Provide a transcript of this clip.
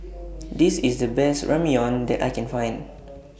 This IS The Best Ramyeon that I Can Find